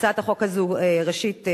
הצעת החוק הזו, ראשית,